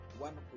One